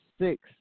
six